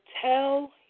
tell